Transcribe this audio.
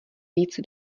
víc